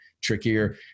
trickier